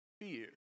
fear